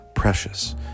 precious